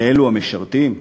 לאלו המשרתים?